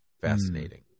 Fascinating